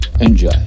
enjoy